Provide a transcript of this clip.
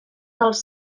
dels